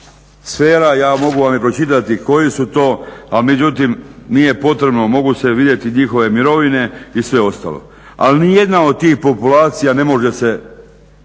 sfera. Ja mogu vam i pročitati koji su to, a međutim nije potrebno, mogu se vidjeti njihove mirovine i sve ostalo. Ali, nijedna od tih populacija ne može se